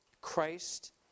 Christ